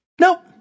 Nope